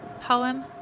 Poem